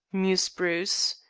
mused bruce.